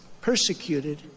persecuted